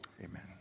amen